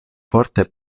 forte